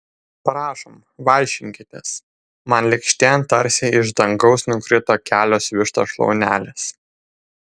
prašom vaišinkitės man lėkštėn tarsi iš dangaus nukrito kelios vištos šlaunelės